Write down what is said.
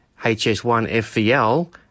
HS1FVL